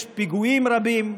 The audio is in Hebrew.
יש פיגועים רבים.